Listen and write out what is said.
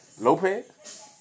Lopez